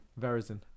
Verizon